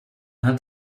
hat